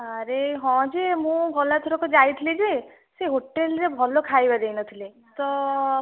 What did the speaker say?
ଆରେ ହଁ ଯେ ମୁଁ ଗଲାଥରକ ଯାଇଥିଲି ଯେ ସେ ହୋଟେଲ ରେ ଭଲ ଖାଇବା ଦେଇ ନଥିଲେ ତ